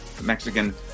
Mexican